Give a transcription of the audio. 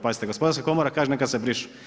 Pazite gospodarska komora kaže neka se brišu.